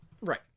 Right